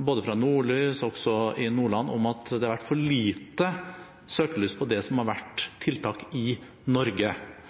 både fra Nordlys og også i Avisa Nordland, om at det har vært for lite søkelys på det som har vært tiltak i Norge.